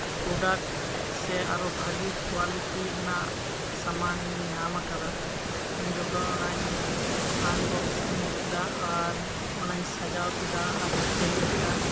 product ᱥᱮ ᱟᱨᱚ ᱵᱷᱟᱜᱮ ᱠᱳᱣᱟᱞᱤᱴᱤ ᱨᱮᱱᱟᱜ ᱥᱟᱢᱟᱱᱤᱧ ᱧᱟᱢ ᱟᱠᱟᱫᱟ ᱤᱧ ᱡᱚᱠᱷᱚᱱ ᱚᱱᱟᱧ ᱟᱱ ᱵᱚᱠᱥᱤᱝ ᱠᱮᱫᱟ ᱟᱨ ᱚᱱᱟᱧ ᱥᱟᱡᱟᱣ ᱠᱮᱫᱟ ᱟᱨᱤᱧ ᱪᱟᱹᱞᱩᱠᱮᱜ ᱟ